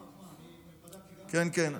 אני בדקתי גם את זה, כן, כן.